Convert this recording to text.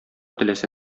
теләсә